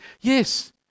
yes